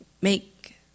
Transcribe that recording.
make